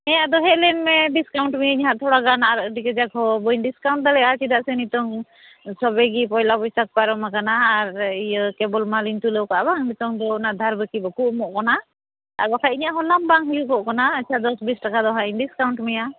ᱦᱮᱸ ᱟᱫᱚ ᱦᱮᱡ ᱞᱮᱱᱢᱮ ᱰᱤᱥᱠᱟᱭᱩᱱᱴ ᱢᱤᱭᱟᱹᱧ ᱦᱟᱸᱜ ᱛᱷᱚᱲᱟ ᱜᱟᱱ ᱟᱨ ᱟᱹᱰᱤ ᱠᱟᱡᱟᱠ ᱦᱚᱸ ᱵᱟᱹᱧ ᱰᱤᱥᱠᱟᱭᱩᱱᱴ ᱫᱟᱲᱮᱜᱼᱟ ᱪᱮᱫᱟᱜ ᱥᱮ ᱱᱤᱛᱚᱝ ᱥᱚᱵᱮ ᱜᱮ ᱯᱚᱭᱞᱟ ᱵᱳᱭᱥᱟᱠᱷ ᱯᱟᱨᱚᱢ ᱟᱠᱟᱱᱟ ᱟᱨ ᱤᱭᱟᱹ ᱠᱮᱵᱚᱞ ᱢᱟᱞᱤᱧ ᱛᱩᱞᱟᱹᱣ ᱟᱠᱟᱫ ᱟᱵᱟᱝ ᱱᱤᱛᱚᱝ ᱫᱚ ᱚᱱᱟ ᱫᱷᱟᱨ ᱵᱟᱹᱠᱤ ᱵᱟᱠᱚ ᱮᱢᱚᱜ ᱠᱟᱱᱟ ᱟᱨ ᱵᱟᱠᱷᱟᱱ ᱤᱧᱟᱹᱜ ᱦᱚᱸ ᱞᱟᱵᱽ ᱵᱟᱝ ᱦᱩᱭᱩᱜᱚᱜ ᱠᱟᱱᱟ ᱟᱪᱷᱟ ᱫᱚᱥ ᱵᱤᱥ ᱴᱟᱠᱟ ᱫᱚᱦᱟᱜ ᱤᱧ ᱰᱤᱥᱠᱟᱭᱩᱱᱴ ᱢᱮᱭᱟ